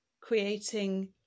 creating